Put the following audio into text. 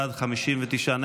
47 בעד, 59 נגד.